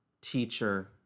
teacher